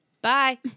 Bye